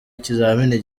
ikizamini